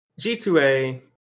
G2A